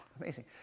amazing